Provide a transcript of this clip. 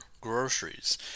groceries